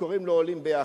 שקוראים לו "עולים ביחד".